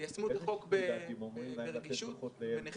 תיישמו את החוק ברגישות ובנחישות,